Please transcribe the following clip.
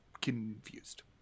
confused